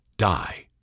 Die